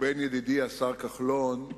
ובין ידידי השר כחלון,